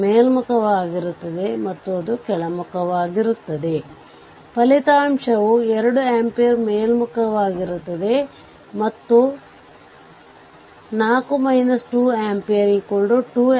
ಆದ್ದರಿಂದ ಸರ್ಕ್ಯೂಟ್ ಅವಲಂಬಿತ ಮೂಲಗಳನ್ನು ಹೊಂದಿದ್ದರೆ ಮತ್ತು RThevenin ಅನ್ನು ಕಂಡುಹಿಡಿಯಲು ಪ್ರಯತ್ನಿಸುತ್ತಿದ್ದರೆ RThevenin ಸಹ ನೆಗೆಟಿವ್ ಆಗಿರಬಹುದು ಇದರರ್ಥ ಸರ್ಕ್ಯೂಟ್ ವಾಸ್ತವವಾಗಿ ಶಕ್ತಿಯನ್ನು ಪೂರೈಸುತ್ತಿದೆ ಮತ್ತು ಅವಲಂಬಿತ ಮೂಲಗಲಳಿರುವ ಸರ್ಕ್ಯೂಟ್ ನಲ್ಲಿ ಇದು ಸಾಧ್ಯ